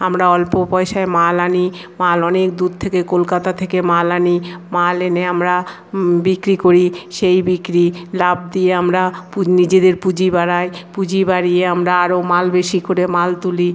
আমরা অল্প পয়সায় মাল আনি মাল অনেক দূর থেকে কলকাতা থেকে মাল আনি মাল এনে আমরা বিক্রি করি সেই বিক্রির লাভ দিয়ে আমরা নিজেদের পুঁজি বাড়ায় পুঁজি বাড়িয়ে আমরা আরো মাল বেশি করে মাল তুলি